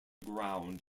ground